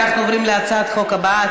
אנחנו עוברים להצעת החוק הבאה,